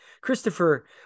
Christopher